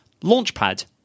launchpad